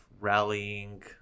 rallying